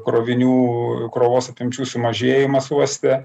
krovinių krovos apimčių sumažėjimas uoste